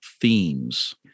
themes